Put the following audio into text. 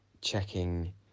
checking